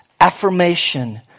affirmation